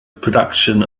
production